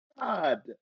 god